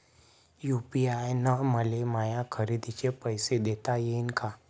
UPI न मले माया खरेदीचे पैसे देता येईन का?